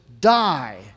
die